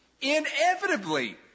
inevitably